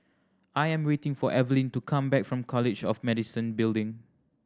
I am waiting for Eveline to come back from College of Medicine Building